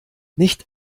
nicht